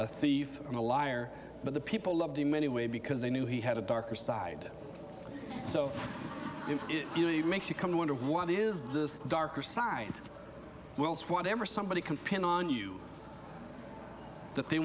a thief and a liar but the people loved him anyway because they knew he had a darker side so it makes you come to wonder what is this darker side whatever somebody can pin on you that they